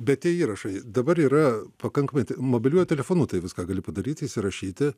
bet tie įrašai dabar yra pakankamai mobiliuoju telefonu tai viską gali padaryti įsirašyti